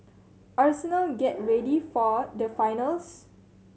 arsenal get ready for the finals